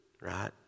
right